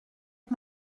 est